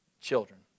children